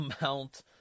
amount